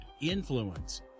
influence